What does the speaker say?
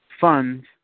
funds